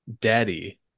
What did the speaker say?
daddy